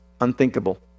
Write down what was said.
unthinkable